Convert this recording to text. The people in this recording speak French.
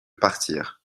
partir